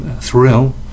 thrill